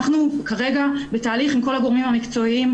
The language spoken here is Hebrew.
אנחנו כרגע בתהליך עם כל הגורמים המקצועיים,